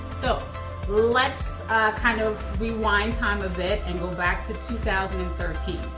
so let's kind of rewind time a bit, and go back to two thousand and thirteen.